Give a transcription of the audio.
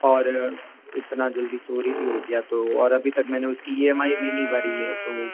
और इतना जल्दी चोरी भी हो गया तो और अभी तक मैंने उस की ई एम आई भी नहीं भरी है तो